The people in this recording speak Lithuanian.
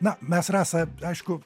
na mes rasa aišku